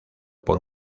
por